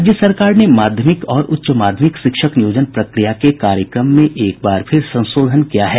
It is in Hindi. राज्य सरकार ने माध्यमिक और उच्च माध्यमिक शिक्षक नियोजन प्रक्रिया के कार्यक्रम में एक बार फिर संशोधन किया है